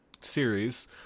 series